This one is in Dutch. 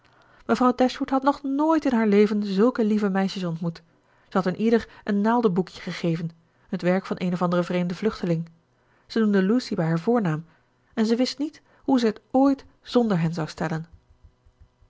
mevrouw dashwood had nog nooit in haar leven zulke lieve meisjes ontmoet ze had hun ieder een naaldenboekje gegeven het werk van een of anderen vreemden vluchteling zij noemde lucy bij haar voornaam en zij wist niet hoe zij het ooit zonder hen zou stellen